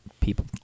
people